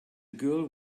girl